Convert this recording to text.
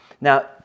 Now